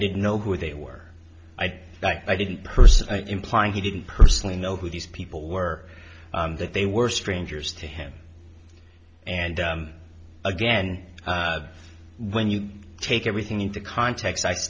didn't know who they were i thought i didn't personally implying he didn't personally know who these people were that they were strangers to him and again when you take everything into context i